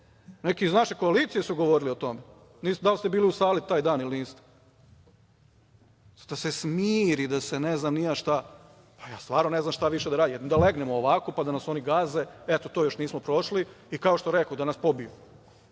neki iz naše koalicije su govorili o tome, da li ste bili u sali taj dan ili niste. Da se smiri, da se ne znam ni ja šta. Pa, ja ne znam šta više da radim, jedino da legnem ovako, pa da nas oni gaze, eto to još nismo prošli i kao što rekoh, da nas pobiju.